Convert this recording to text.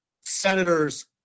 senators